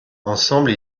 ensemble